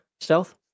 stealth